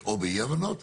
או באי הבנות,